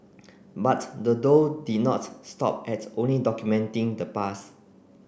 but the duo did not stop at only documenting the pass